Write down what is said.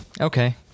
Okay